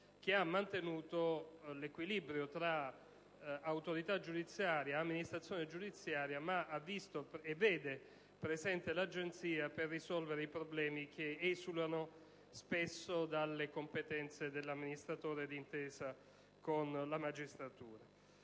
che ha mantenuto l'equilibrio tra autorità giudiziaria e amministrazione giudiziaria. In tale contesto, la presenza dell'Agenzia è volta a risolvere i problemi, che spesso esulano dalle competenze dell'amministratore d'intesa con la magistratura.